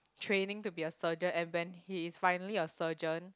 training to be a surgeon and when he is finally a surgeon